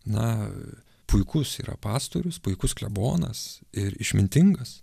na puikus yra pastorius puikus klebonas ir išmintingas